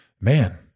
man